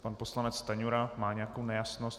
Pan poslanec Stanjura má nějakou nejasnost.